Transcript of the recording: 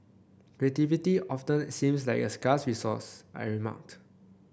creativity often seems like a scarce resource I remark